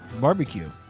barbecue